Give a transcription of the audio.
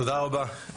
תודה רבה.